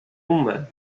uma